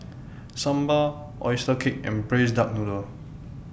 Sambal Oyster Cake and Braised Duck Noodle